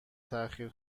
تأخیر